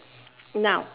now